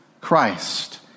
Christ